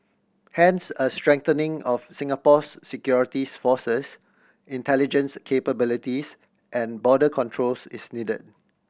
hence a strengthening of Singapore's securities forces intelligence capabilities and border controls is needed